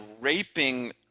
raping